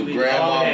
Grandma